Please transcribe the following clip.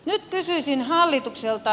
nyt kysyisin hallitukselta